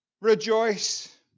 rejoice